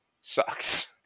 sucks